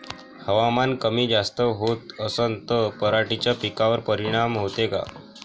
हवामान कमी जास्त होत असन त पराटीच्या पिकावर परिनाम होते का?